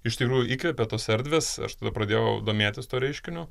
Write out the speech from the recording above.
iš tikrųjų įkvėpė tos erdvės aš tada pradėjau domėtis tuo reiškiniu